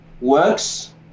works